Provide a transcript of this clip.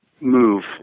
move